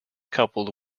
coupled